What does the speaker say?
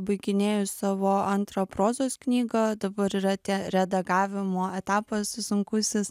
baiginėju savo antrą prozos knygą dabar yra tie redagavimo etapas sunkusis